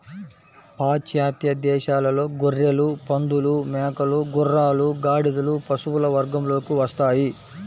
పాశ్చాత్య దేశాలలో గొర్రెలు, పందులు, మేకలు, గుర్రాలు, గాడిదలు పశువుల వర్గంలోకి వస్తాయి